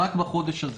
רק בחודש הזה.